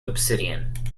obsidian